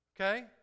Okay